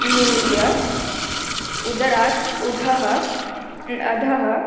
निमील्य उदरात् अधः अधः